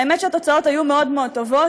האמת היא שהתוצאות היו מאוד מאוד טובות: